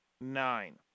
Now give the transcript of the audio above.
nine